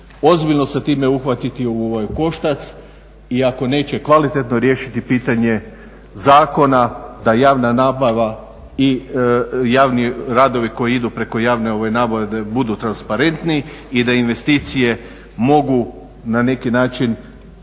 ozbiljno sa time uhvatiti u koštac i ako neće kvalitetno riješiti pitanje zakona da javna nabava i javni radovi koji idu preko javne nabave da budu transparentniji i da investicije mogu na neki način